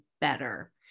better